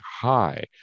hi